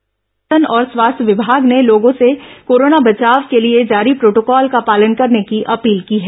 जिला प्रशासन और स्वास्थ्य विभाग ने लोगों से कोरोना बचाव के लिए जारी प्रोटोकाल का पालन करने की अपील की है